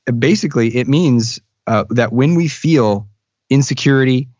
basically, it means that when we feel insecurity,